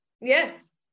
Yes